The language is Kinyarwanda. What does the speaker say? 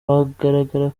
bigaragara